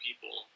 people